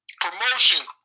promotion